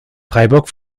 freiburg